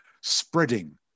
spreading